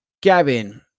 gavin